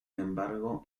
embargo